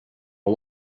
are